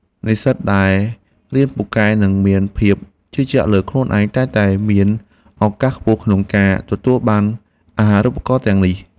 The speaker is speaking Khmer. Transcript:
និស្សិតដែលរៀនពូកែនិងមានភាពជឿជាក់លើខ្លួនឯងតែងតែមានឱកាសខ្ពស់ក្នុងការទទួលបានអាហារូបករណ៍ទាំងនេះ។